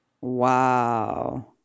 Wow